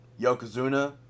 Yokozuna